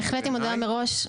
בהחלט עם הודעה מראש,